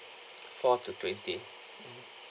four to twenty mmhmm